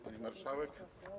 Pani Marszałek!